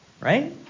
right